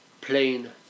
plain